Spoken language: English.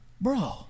bro